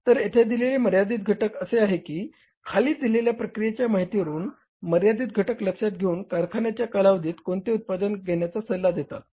तर येथे दिलेले मर्यादित घटक असे आहे की खाली दिलेल्या प्रक्रियेच्या माहिती वरून मर्यादित घटक लक्षात घेऊन कारखाण्याच्या कालावधीत कोणते उत्पादन घेण्याचा सल्ला देताल